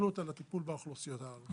והסתכלות על הטיפול באוכלוסיות הללו.